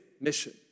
mission